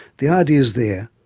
the idea's there,